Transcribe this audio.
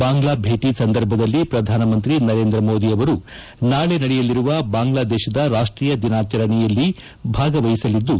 ಬಾಂಗ್ಲಾ ಭೇಟಿ ಸಂದರ್ಭದಲ್ಲಿ ಪ್ರಧಾನಮಂತ್ರಿ ನರೇಂದ್ರ ಮೋದಿ ನಾಳೆ ನಡೆಯಲಿರುವ ಬಾಂಗ್ಲಾದೇಶದ ರಾಷ್ಷೀಯ ದಿನಾಚರಣೆಯಲ್ಲಿ ಭಾಗವಹಿಸಲಿದ್ದು